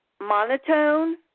monotone